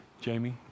Jamie